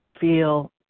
feel